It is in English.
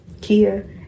Kia